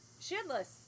shitless